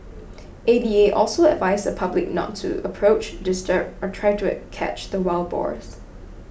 A V A also advised the public not to approach disturb or try to it catch the wild boars